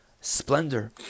splendor